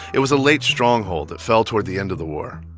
it was a late stronghold that fell toward the end of the war.